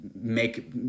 make